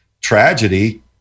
tragedy